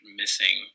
missing